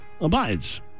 abides